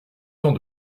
temps